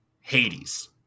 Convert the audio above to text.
Hades